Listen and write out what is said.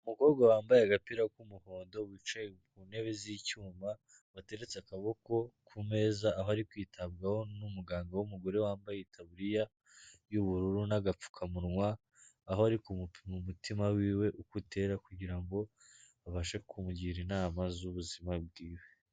Umukobwa wambaye agapira k'umuhondo wicaye ku ntebe z'icyuma, wateretse akaboko ku meza aho ari kwitabwaho n'umuganga w'umugore wambaye itaburiya y'ubururu n'agapfukamunwa, aho ari kumupima umutima wiwe uko utera kugira ngo babashe kumugira inama z'ubuzima bwiwe.